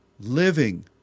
living